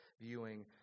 viewing